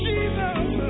Jesus